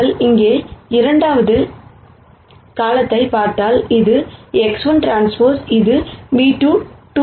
நீங்கள் இங்கே இரண்டாவது காலத்தைப் பார்த்தால்இது XT இது ν₂ 2 0 1